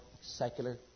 secular